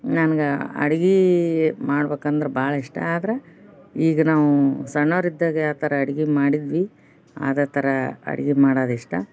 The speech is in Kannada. ನನ್ಗೆ ಅಡ್ಗೆ ಮಾಡ್ಬೇಕಂದ್ರೆ ಭಾಳ ಇಷ್ಟ ಆದ್ರೆ ಈಗ ನಾವು ಸಣ್ಣೋರಿದ್ದಾಗ ಯಾವ ಥರ ಅಡ್ಗೆ ಮಾಡಿದ್ವಿ ಅದೇ ಥರ ಅಡ್ಗೆ ಮಾಡೋದ್ ಇಷ್ಟ